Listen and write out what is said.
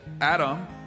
Adam